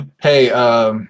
Hey